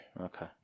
Okay